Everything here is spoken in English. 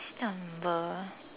stumble